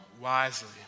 wisely